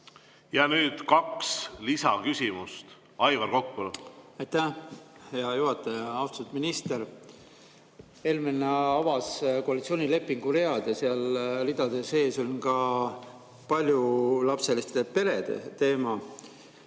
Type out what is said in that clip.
Ja nüüd kaks lisaküsimust. Aivar Kokk, palun! Aitäh, hea juhataja! Austatud minister! Helmen avas koalitsioonilepingu read ja seal ridade sees on ka paljulapseliste perede teema.